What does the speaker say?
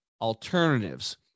alternatives